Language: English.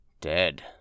Dead